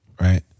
right